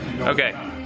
Okay